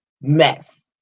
mess